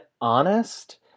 honest